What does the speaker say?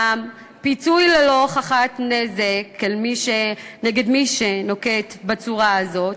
פיצוי ללא הוכחת נזק ממי שפועל בצורה הזאת,